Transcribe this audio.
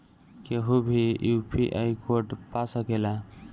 केहू भी UPI code पा सकेला?